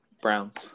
Browns